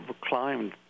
climbed